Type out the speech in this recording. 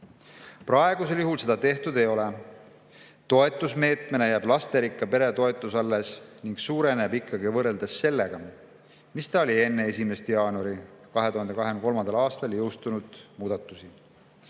Praegusel juhul seda tehtud ei ole. Toetusmeetmena jääb lasterikka pere toetus alles ning suureneb ikkagi võrreldes sellega, mis see oli enne 1. jaanuari 2023. aastal jõustunud muudatusi.